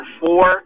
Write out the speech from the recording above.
four